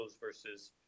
versus